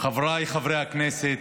חבריי חברי הכנסת,